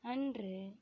அன்று